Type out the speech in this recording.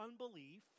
unbelief